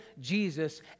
Jesus